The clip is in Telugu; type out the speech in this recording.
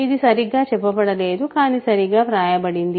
ఇది సరిగ్గా చెప్పబడలేదు కానీ సరిగ్గా వ్రాయబడింది